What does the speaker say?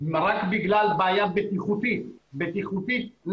רק בגלל בעיה בטיחות נטו